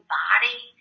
body